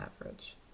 average